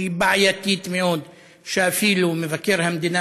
שהיא בעייתית מאוד ואפילו מבקר המדינה